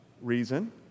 Reason